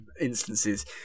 instances